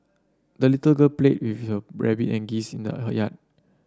the little girl played with her rabbit and geese in the yard